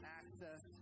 access